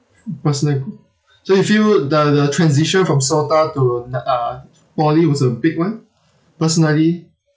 personal gr~ so you feel the the transition from SOTA to n~ uh poly was a big one personally